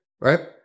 right